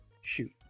shoot